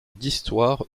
d’histoire